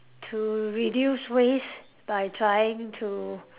to reduce waste by trying to